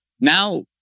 now